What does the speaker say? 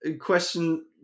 question